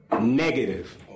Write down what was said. Negative